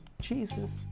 Jesus